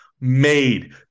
made